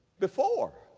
before!